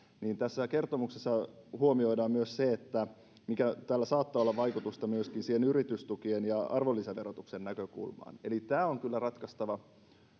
tässä kertomuksessa huomioidaan myös se että tällä saattaa olla vaikutusta myöskin yritystukien ja arvonlisäverotuksen näkökulmaan eli tämä on kyllä ratkaistava